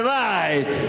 right